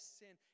sin